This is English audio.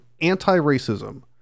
anti-racism